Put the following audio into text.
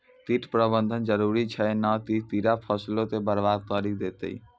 कीट प्रबंधन जरुरी छै नै त कीड़ा फसलो के बरबाद करि देतै